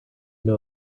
know